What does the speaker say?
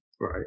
Right